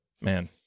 man